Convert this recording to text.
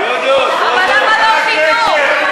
זה ביטחון